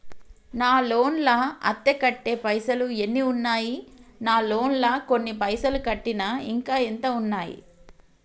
నా లోన్ లా అత్తే కట్టే పైసల్ ఎన్ని ఉన్నాయి నా లోన్ లా కొన్ని పైసల్ కట్టిన ఇంకా ఎంత ఉన్నాయి?